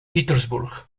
petersburg